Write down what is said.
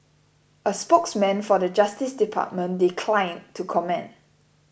a spokesman for the Justice Department declined to comment